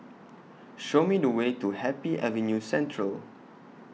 Show Me The Way to Happy Avenue Central